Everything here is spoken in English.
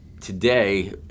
today